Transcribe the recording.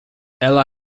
ela